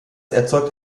erzeugt